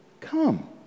Come